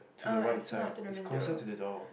to the right side it's closer to the door